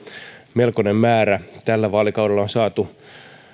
melkoinen määrä tällä vaalikaudella on saatu